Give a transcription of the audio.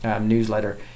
newsletter